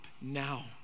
now